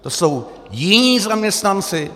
To jsou jiní zaměstnanci?